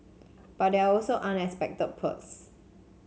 but there are also unexpected perks